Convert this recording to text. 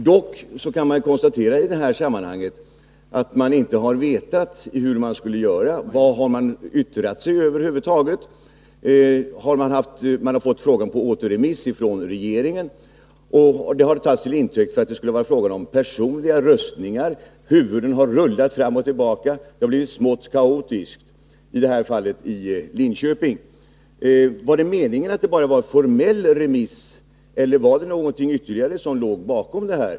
Herr talman! Dock kan det konstateras i detta sammanhang att man inte vetat hur man skulle göra. Vad har man över huvud taget yttrat sig över? Man har fått frågan på återremiss från regeringen, och det har tagits till intäkt för att det skulle vara fråga om personliga röstningar. Huvuden har rullat fram och tillbaka, och det har i Linköping blivit smått kaotiskt. Var det meningen att det bara skulle vara en formell remiss, eller var det någonting ytterligare som låg bakom?